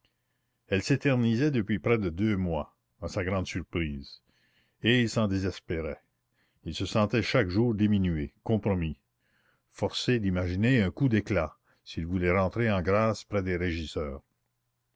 elle s'éternisait depuis près de deux mois à sa grande surprise et il s'en désespérait il se sentait chaque jour diminué compromis forcé d'imaginer un coup d'éclat s'il voulait rentrer en grâce près des régisseurs